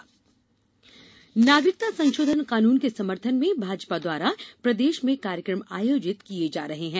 नागरिकता नागरिकता संशोधन कानून के समर्थन में भाजपा द्वारा प्रदेश में कार्यक्रम आयोजित किये जा रहे हैं